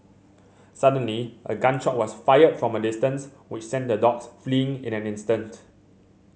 suddenly a gun shot was fired from a distance which sent the dogs fleeing in an instant